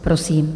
Prosím.